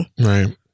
Right